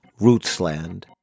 Rootsland